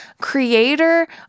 creator